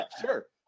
Sure